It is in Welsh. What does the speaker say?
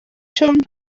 siôn